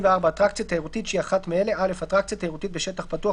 "(24)אטרקציה תיירותית שהיא אחת מאלה: אטרקציה תיירותית בשטח פתוח,